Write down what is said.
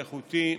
איכותי,